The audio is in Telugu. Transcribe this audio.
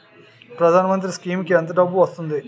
ప్రధాన మంత్రి స్కీమ్స్ కీ ఎంత డబ్బు వస్తుంది?